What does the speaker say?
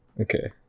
Okay